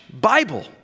Bible